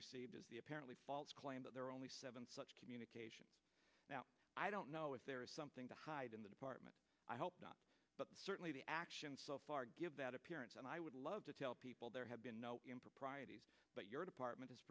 received is the apparently false claim that there are only seven such communication now i don't know if there is something to hide in the department but certainly the actions so far give that appearance and i would love to tell people there have been no proprieties but your department